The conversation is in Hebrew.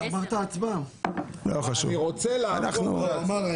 (הישיבה נפסקה בשעה 09:59 ונתחדשה בשעה 10:04.)